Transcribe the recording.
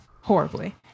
Horribly